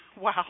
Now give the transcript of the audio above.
wow